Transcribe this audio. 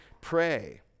pray